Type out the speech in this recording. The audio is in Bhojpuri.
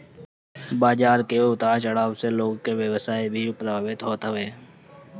बाजार के उतार चढ़ाव से लोग के व्यवसाय भी प्रभावित होत हवे